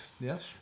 Yes